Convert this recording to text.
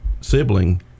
sibling